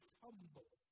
humble